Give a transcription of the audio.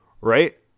right